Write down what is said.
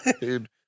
dude